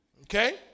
Okay